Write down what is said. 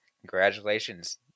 congratulations